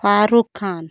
Farooq Khan